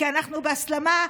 כי אנחנו בהסלמה,